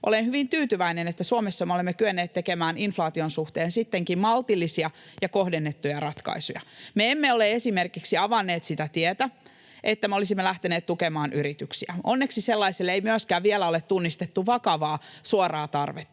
Olen hyvin tyytyväinen, että Suomessa me olemme kyenneet tekemään inflaation suhteen sittenkin maltillisia ja kohdennettuja ratkaisuja. Me emme ole esimerkiksi avanneet sitä tietä, että me olisimme lähteneet tukemaan yrityksiä. Onneksi sellaiselle ei myöskään vielä ole tunnistettu vakavaa, suoraa tarvetta.